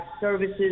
services